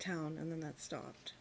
town and then that stopped